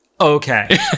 okay